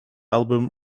album